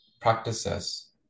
practices